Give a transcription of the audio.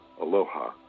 Aloha